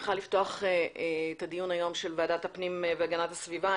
אני שמחה לפתוח עוד דיון של וועדת הפנים והגנת הסביבה של הכנסת.